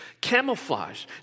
camouflage